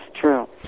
true